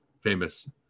famous